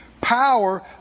power